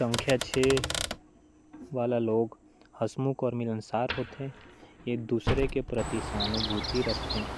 मूलांक छह वाले लोग हंसमुख मिलनसार और मेहनती होते हैं। ये लोग दूसरों को अपनी तरफ़ आकर्षित कर लेते हैं।